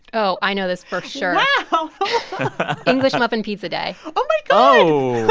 oh. i know this for sure wow english muffin pizza day. oh, my god oh,